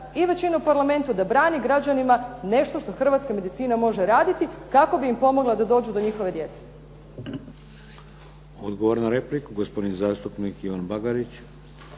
i većina u Parlamentu da brani građanima nešto što hrvatska medicina može raditi kako bi im pomogla da dođu do njihove djece? **Šeks, Vladimir (HDZ)** Odgovor na repliku, gospodin zastupnik Ivan Bagarić.